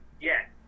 Yes